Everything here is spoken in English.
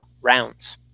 rounds